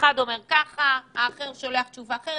אחד אומר כך, השני שולח תשובה אחרת.